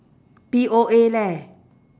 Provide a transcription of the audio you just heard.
P_O_A leh